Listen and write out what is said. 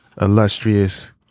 illustrious